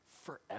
forever